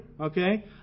okay